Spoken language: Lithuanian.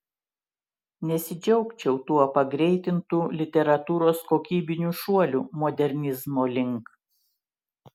nesidžiaugčiau tuo pagreitintu literatūros kokybiniu šuoliu modernizmo link